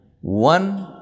one